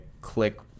click